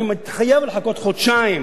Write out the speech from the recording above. אני מתחייב לחכות חודשיים